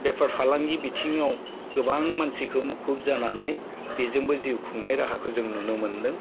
बेफार फालांगि बिथिङाव गोबां मानसिखो मुखुब जानानै बेजोंबो जिउ खुंनाय राहाखौ जों नुनो मोन्दों